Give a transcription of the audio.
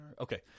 Okay